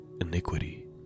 iniquity